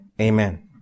amen